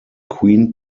queen